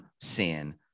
sin